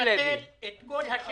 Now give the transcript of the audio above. מיקי לוי, בבקשה.